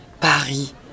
Paris